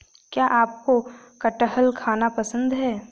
क्या आपको कठहल खाना पसंद है?